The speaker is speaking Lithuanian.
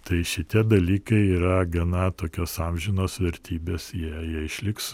tai šitie dalykai yra gana tokios amžinos vertybės jei jie išliks